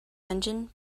engine